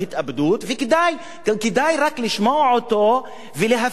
כדאי רק לשמוע אותו ולהפיק את הלקח.